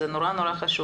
וזה נורא חשוב.